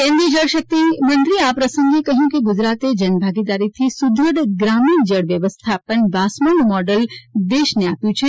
કેન્દ્રિય જળશક્તિમંત્રી એ આ પ્રસંગે કહ્યું કે ગુજરાતે જનભાગીદારીથી સુદ્રઢ ગ્રામીણ જળ વ્યવસ્થાપન વાસ્મોનું મોડલ દેશને આવ્યું છે